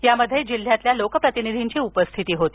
यामध्ये जिल्ह्यातील लोकप्रतिनिधींची उपस्थिती होती